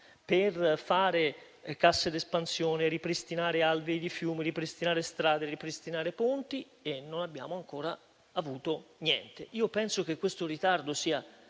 per fare casse d'espansione, ripristinare alvei di fiumi, strade e ponti, ma non abbiamo ancora avuto niente. Io penso che questo ritardo sia